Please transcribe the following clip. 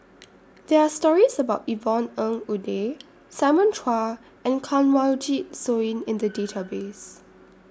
There Are stories about Yvonne Ng Uhde Simon Chua and Kanwaljit Soin in The Database